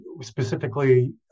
specifically